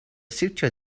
siwtio